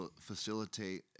facilitate